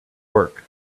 work